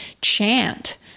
chant